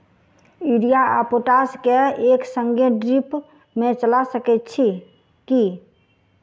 Urea आ potash केँ एक संगे ड्रिप मे चला सकैत छी की?